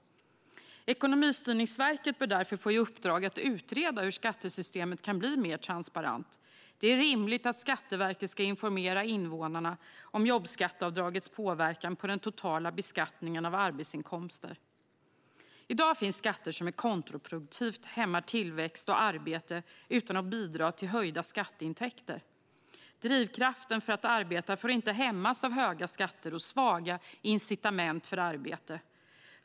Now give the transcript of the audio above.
Ekonomistyrningsverket bör därför få i uppdrag att utreda hur skattesystemet kan bli mer transparent. Det är rimligt att Skatteverket ska informera invånarna om jobbskatteavdragets påverkan på den totala beskattningen av arbetsinkomster. I dag finns skatter som kontraproduktivt hämmar tillväxt och arbete utan att bidra till höjda skatteintäkter. Drivkraften för att arbeta får inte hämmas av höga skatter och svaga incitament till arbete.